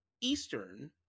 Eastern